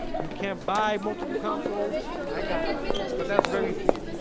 you can't buy multiple consoles i got that but that's very few.